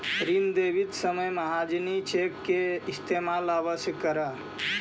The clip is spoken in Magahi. ऋण देवित समय महाजनी चेक के इस्तेमाल अवश्य करऽ